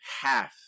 half